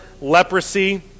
leprosy